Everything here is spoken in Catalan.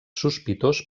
sospitós